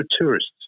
tourists